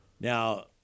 Now